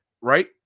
right